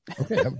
Okay